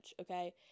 okay